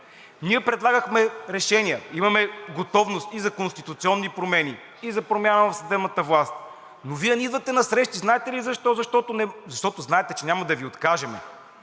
Ние предлагахме решения. Имаме готовност и за конституционни промени, и за промяна в съдебната власт, но Вие не идвате на срещи. Знаете ли защо? Защото знаете, че няма да Ви откажем